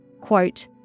Quote